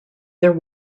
there